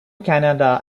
canada